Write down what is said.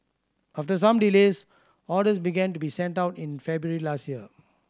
after some delays orders began to be sent out in February last year